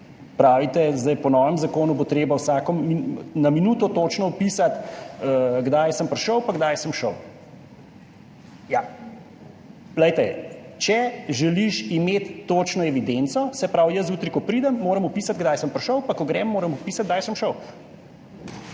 treba zdaj po novem zakonu vsako minuto točno vpisati, kdaj sem prišel in kdaj sem šel. Ja, glejte, če želiš imeti točno evidenco, se pravi, jaz zjutraj, ko pridem, moram vpisati, kdaj sem prišel, pa ko grem, moram vpisati, kdaj sem šel.